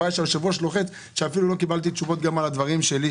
הבעיה שהיושב-ראש לוחץ שאפילו לא קיבלתי תשובות על דברים שלי,